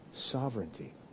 Sovereignty